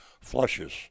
flushes